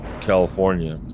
california